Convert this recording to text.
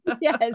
yes